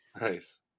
nice